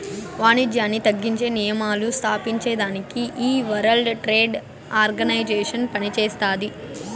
వానిజ్యాన్ని తగ్గించే నియమాలు స్తాపించేదానికి ఈ వరల్డ్ ట్రేడ్ ఆర్గనైజేషన్ పనిచేస్తాది